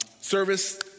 service